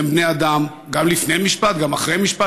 הם בני אדם, גם לפני משפט, גם אחרי משפט.